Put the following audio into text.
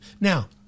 Now